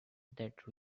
that